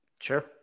Sure